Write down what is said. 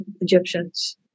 Egyptians